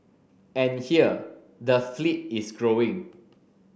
and here the fleet is growing